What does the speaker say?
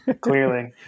Clearly